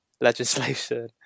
legislation